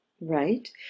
right